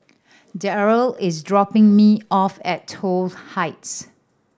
Darryl is dropping me off at Toh Heights